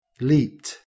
leaped